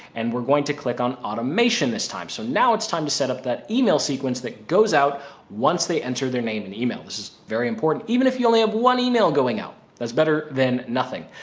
and we're going to click on automation this time. so now it's time to set up that email sequence that goes out once they enter their name and email, this is very important. even if you only have one email going out, that's better than nothing.